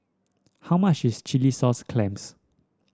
how much is Chilli Sauce Clams